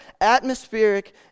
atmospheric